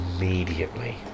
immediately